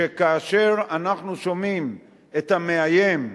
שכאשר אנחנו שומעים את המאיים,